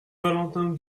valentin